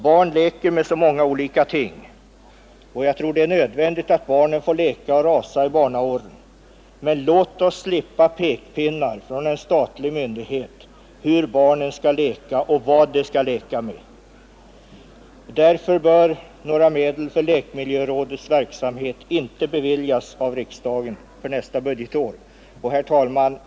Barn leker med så många olika ting, och jag tror att man behöver få leka och rasa i barnaåren. Låt oss slippa pekpinnar från en statlig myndighet om hur barnen skall leka och vad de skall leka med! Därför bör några medel för lekmiljörådets verksamhet inte beviljas av riksdagen för nästa budgetår. Herr talman!